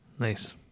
Nice